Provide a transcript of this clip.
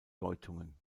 deutungen